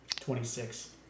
Twenty-six